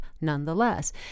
nonetheless